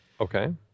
Okay